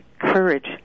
courage